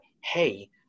hey